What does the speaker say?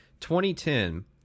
2010